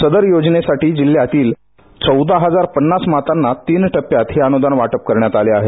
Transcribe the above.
सदर योजनेसाठी जिल्ह्यातील चौदा हजार पन्नास मातांना तीन टप्प्यात हे अनुदान वाटप करण्यात आले आहे